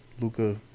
Luca